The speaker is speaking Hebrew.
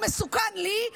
הוא מסוכן לי,